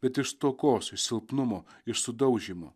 bet iš stokos iš silpnumo ir sudaužymo